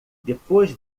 depois